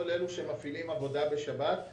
כל אלה שמפעילים עבודה בשבת,